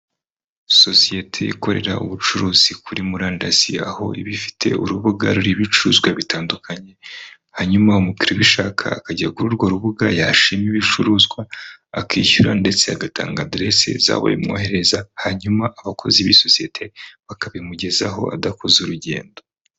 Sosiyete ikorera ubucuruzi kuri murandasi, aho iba ifite urubuga ruriho ibicuruzwa bitandukanye hanyuma umukiriya ubishaka akajya kuri urwo rubuga yashima ibicuruzwa akishyura ndetse agatanga aderese zaho babimwoherereza hanyuma abakozi b'iyo sosiyete bakabimugezaho adakoze urugendo.